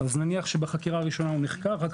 אז נניח שבחקירה הראשונה הוא נחקר ואחר